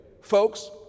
Folks